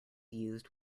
used